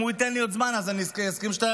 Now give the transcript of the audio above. אם הוא ייתן לי עוד זמן, אני אסכים שתענה.